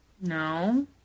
No